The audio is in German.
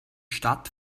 stadt